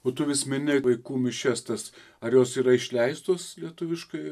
o tu vis mini vaikų mišias tas ar jos yra išleistos lietuviškai